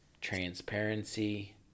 transparency